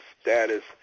status